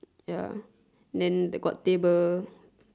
ya then got table